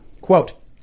Quote